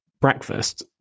breakfast